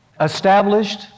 established